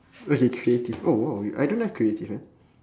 which is creative oh !wow! I don't have creative ah